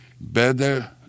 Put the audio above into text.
better